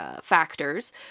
Factors